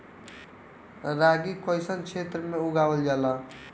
रागी कइसन क्षेत्र में उगावल जला?